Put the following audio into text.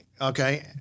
Okay